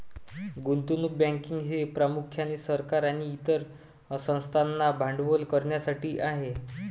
गुंतवणूक बँकिंग हे प्रामुख्याने सरकार आणि इतर संस्थांना भांडवल करण्यासाठी आहे